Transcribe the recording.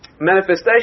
manifestation